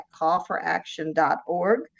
callforaction.org